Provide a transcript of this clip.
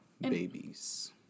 babies